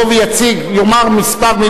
הסכסוך הישראלי פלסטיני,